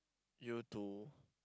you to